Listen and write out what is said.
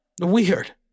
weird